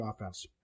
offense